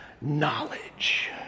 Knowledge